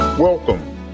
Welcome